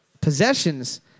possessions